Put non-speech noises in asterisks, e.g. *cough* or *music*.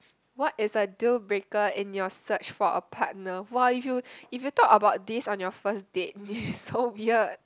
what is a deal breaker in your search for a partner !wah! if you if you talk about this on your first date *breath* it's so weird